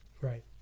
right